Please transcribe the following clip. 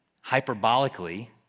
hyperbolically